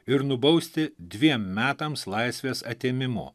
ir nubausti dviem metams laisvės atėmimu